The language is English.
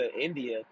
india